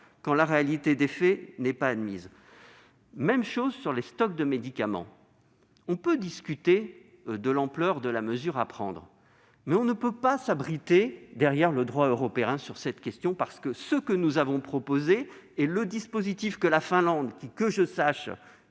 quand la réalité des faits n'est pas admise. Même chose sur les stocks de médicaments. On peut discuter de l'ampleur de la mesure à prendre, mais on ne peut pas s'abriter derrière le droit européen sur cette question, car ce que nous avons proposé est le dispositif mis en place par la Finlande. Or, que sache,